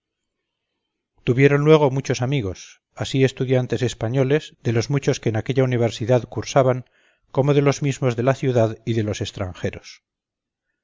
tuviéron luego muchos amigos asi estudiantes españoles de los muchos que en aquella universidad cursaban como de los mismos de la ciudad y de los extrangeros